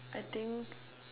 I think